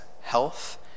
health